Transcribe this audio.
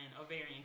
ovarian